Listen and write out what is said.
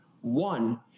One